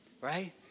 right